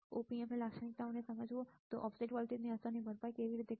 Op amp લાક્ષણિકતાને સમજવું offset વોલ્ટેજની અસરની ભરપાઈ કેવી રીતે કરવી